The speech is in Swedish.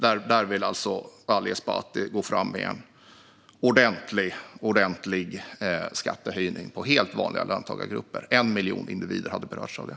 Ali Esbati vill alltså gå fram med en ordentlig skattehöjning för helt vanliga löntagargrupper. 1 miljon individer hade berörts av det.